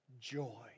joy